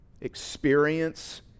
Experience